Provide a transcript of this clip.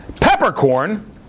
Peppercorn